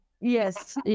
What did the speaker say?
yes